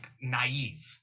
naive